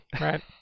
right